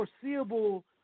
foreseeable